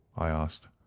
i asked.